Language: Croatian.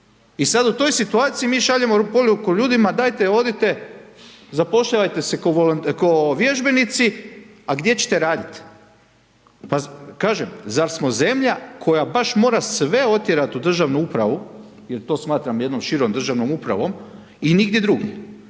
I sada u toj situaciju, mi šaljemo poruku ljudima, dajte odite, zapošljavajte se ko vježbenici, a gdje ćete raditi, pa kažem, zar smo zemlja koja baš mora sve otjerati u državnu upravu, jer to smatram jednom širom državnom upravom i nigdje drugdje.